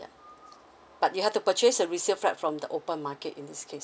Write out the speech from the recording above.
ya but you have to purchase a resale flat from the open market in this case